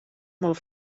molt